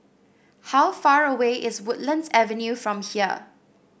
how far away is Woodlands Avenue from here